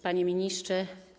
Panie Ministrze!